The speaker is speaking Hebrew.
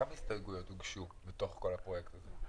כמה הסתייגויות הוגשו בכל הפרויקט הזה?